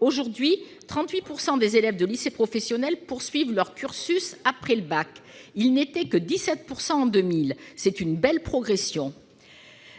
Aujourd'hui, 38 % des élèves de lycées professionnels poursuivent leur cursus après le bac. Ils n'étaient que 17 % en 2000. C'est une belle progression !